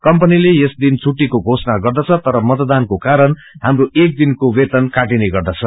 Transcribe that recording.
कम्पनीले यस दिन छुट्टीाके घोषणा गर्दछ तर मतदानको कारण ाहाम्रो एक दिनको वेतन काटिने गर्दछ